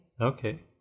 Okay